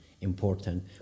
important